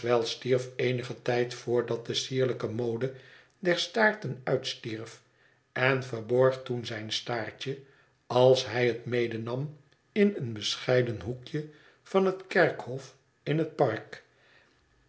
stierf eenigen tijd voordat de sierlijke mode der staarten uitstierf en verborg toen zijn staartje als hij het medenam in een bescheiden hoekje van het kerkhof in het park